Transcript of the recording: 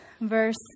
verse